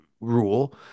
rule